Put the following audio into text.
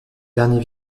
dernier